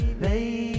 baby